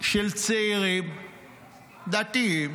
של צעירים דתיים